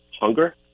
hunger